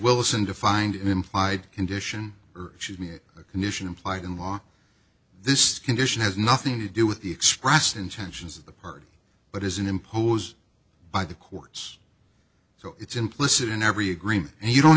in defined an implied condition or should be a condition implied in law this condition has nothing to do with the expressed intentions of the party but isn't imposed by the courts so it's implicit in every agreement and you don't